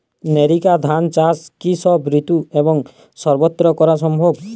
NERICA ধান চাষ কি সব ঋতু এবং সবত্র করা সম্ভব?